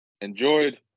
enjoyed